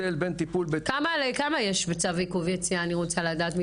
כמה יש בצו עיכוב יציאה אני רוצה לדעת?